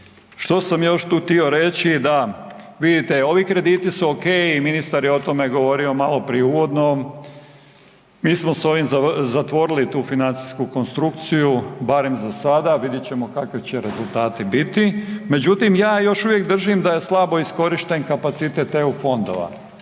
Što sam još tu htio reći da, vidite ovi krediti su ok i ministar je o tome govorio maloprije uvodno, mi smo s ovim zatvorili tu financijsku konstrukciju barem za sada, vidjet ćemo kakvi će rezultati biti međutim ja još uvijek držim da je slabo iskorišten kapacitet EU fondova.